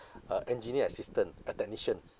a engineer assistant a technician